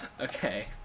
Okay